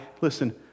Listen